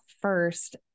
first